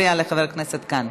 כי זה מפריע לחבר הכנסת כאן.